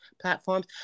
platforms